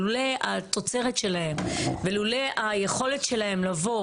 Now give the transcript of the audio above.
לולא התוצרת שלהם ולולא היכולת שלהם לבוא